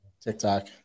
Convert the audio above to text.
TikTok